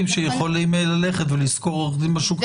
שיכולים ללכת ולשכור עובדים מהשוק הפרטי.